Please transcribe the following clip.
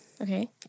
Okay